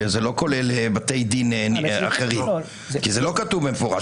זה לא כולל בתי דין אחרים, כי זה לא כתוב במפורש.